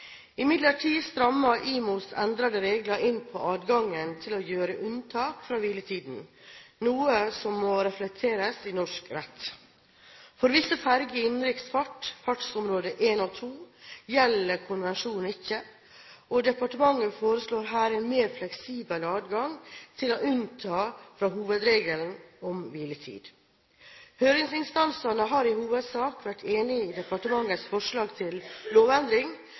Imidlertid strammer IMOs endrede regler inn på adgangen til å gjøre unntak fra hviletiden, noe som må reflekteres i norsk rett. For visse ferger i innenriksfart, fartsområde 1 og 2, gjelder konvensjonen ikke, og departementet foreslår her en mer fleksibel adgang til å unnta fra hovedregelen om hviletid. Høringsinstansene har i hovedsak vært enig i departementets forslag til lovendring,